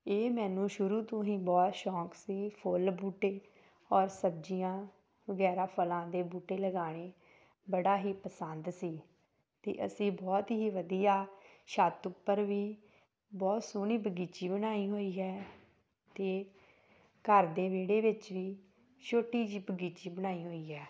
ਇਹ ਮੈਨੂੰ ਸ਼ੁਰੂ ਤੋਂ ਹੀ ਬਹੁਤ ਸ਼ੌਂਕ ਸੀ ਫੁੱਲ ਬੂਟੇ ਔਰ ਸਬਜ਼ੀਆਂ ਵਗੈਰਾ ਫਲਾਂ ਦੇ ਬੂਟੇ ਲਗਾਉਣੇੇ ਬੜਾ ਹੀ ਪਸੰਦ ਸੀ ਅਤੇ ਅਸੀਂ ਬਹੁਤ ਹੀ ਵਧੀਆ ਛੱਤ ਉੱਪਰ ਵੀ ਬਹੁਤ ਸੋਹਣੀ ਬਗੀਚੀ ਬਣਾਈ ਹੋਈ ਹੈ ਅਤੇ ਘਰ ਦੇ ਵਿਹੜੇ ਵਿੱਚ ਵੀ ਛੋਟੀ ਜਿਹੀ ਬਗੀਚੀ ਬਣਾਈ ਹੋਈ ਹੈ